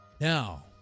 Now